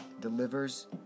delivers